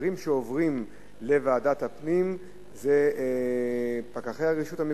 הדברים שעוברים לוועדת הפנים זה פקחי הרשות המקומית,